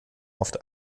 oft